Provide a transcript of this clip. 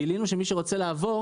גילינו שמי שרוצה לעבור,